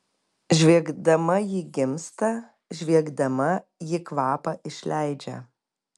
žviegdama ji gimsta žviegdama ji kvapą išleidžia